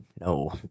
no